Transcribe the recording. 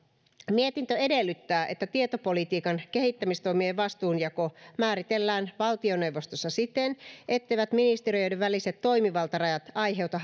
mietintö edellyttää että tietopolitiikan kehittämistoimien vastuunjako määritellään valtioneuvostossa siten etteivät ministeriöiden väliset toimivaltarajat aiheuta